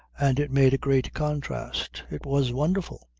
and it made a great contrast. it was wonderful,